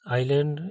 island